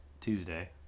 Tuesday